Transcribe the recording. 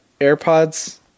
AirPods